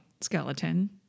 skeleton